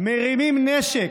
מרימים נשק,